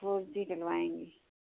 four G डलवाएंगी